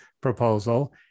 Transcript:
proposal